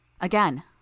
Again